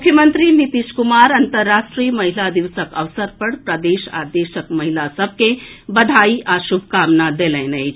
मुख्यमंत्री नीतीश कुमार अन्तर्राष्ट्रीय महिला दिवसक अवसर पर प्रदेश आ देशक महिला सभ के बधाई आ श्रभकामना देलनि अछि